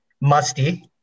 Musty